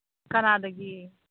ꯀꯅꯥꯗꯒꯤ